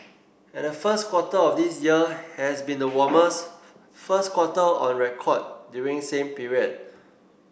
and the first quarter of this year has been the warmest first quarter on record during same period